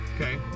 Okay